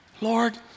Lord